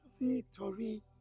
victory